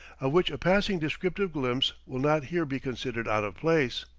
of which a passing descriptive glimpse will not here be considered out of place.